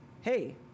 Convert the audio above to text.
hey